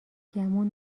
گمون